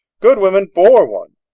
good women bore one.